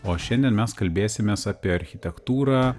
o šiandien mes kalbėsimės apie architektūrą